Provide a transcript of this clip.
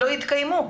לא יתקיימו.